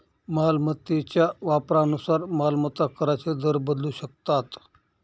मालमत्तेच्या वापरानुसार मालमत्ता कराचे दर बदलू शकतात